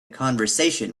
conversation